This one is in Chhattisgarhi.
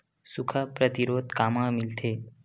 सुखा प्रतिरोध कामा मिलथे?